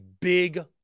big